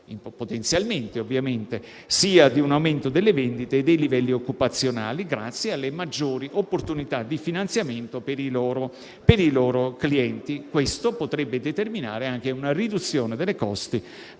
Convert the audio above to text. potenzialmente, di un aumento sia delle vendite che dei livelli occupazionali, grazie alle maggiori opportunità di finanziamento per i loro clienti. Questo potrebbe determinare anche una riduzione dei costi